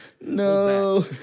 No